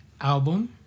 Album